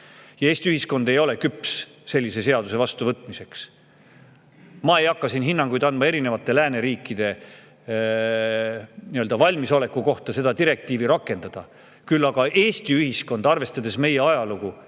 Eesti ühiskond ei ole küps sellise seaduse vastuvõtmiseks. Ma ei hakka siin hinnanguid andma erinevate lääneriikide valmisolekule seda direktiivi rakendada, küll aga pole Eesti ühiskond, arvestades meie ajalugu,